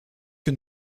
que